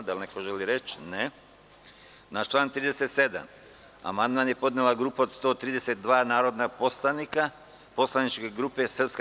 Da li neko želi reč? (Ne) Na član 37. amandman je podnela grupa od 132 narodna poslanika poslaničke grupe SNS.